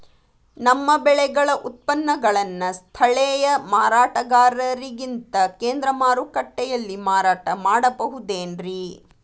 ನಮ್ಮ ಬೆಳೆಗಳ ಉತ್ಪನ್ನಗಳನ್ನ ಸ್ಥಳೇಯ ಮಾರಾಟಗಾರರಿಗಿಂತ ಕೇಂದ್ರ ಮಾರುಕಟ್ಟೆಯಲ್ಲಿ ಮಾರಾಟ ಮಾಡಬಹುದೇನ್ರಿ?